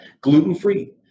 Gluten-free